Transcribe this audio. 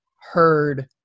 heard